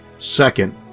second,